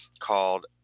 called